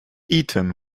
eaton